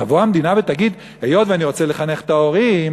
תבוא המדינה ותגיד: היות שאני רוצה לחנך את ההורים